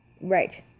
Right